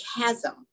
chasm